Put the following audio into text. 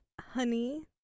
Honey